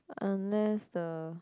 unless the